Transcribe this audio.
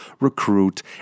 recruit